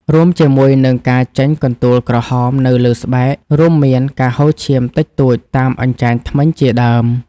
រួមជាមួយនឹងការចេញកន្ទួលក្រហមនៅលើស្បែក ឬមានការហូរឈាមតិចតួចតាមអញ្ចាញធ្មេញជាដើម។